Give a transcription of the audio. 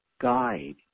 guide